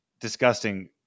Disgusting